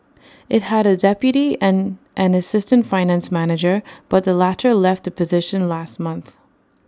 IT had A deputy and an assistant finance manager but the latter left the position last month